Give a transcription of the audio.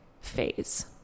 phase